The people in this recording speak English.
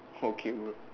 okay bro